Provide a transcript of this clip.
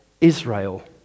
Israel